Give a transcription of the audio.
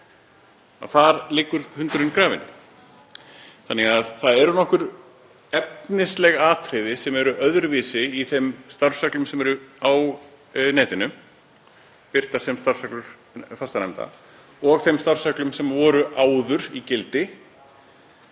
þar liggur hundurinn grafinn. Það eru nokkur efnisleg atriði sem eru öðruvísi í þeim starfsreglum sem eru á netinu, birtast sem starfsreglur fastanefnda, og þeim starfsreglum sem voru áður í gildi.